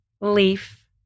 leaf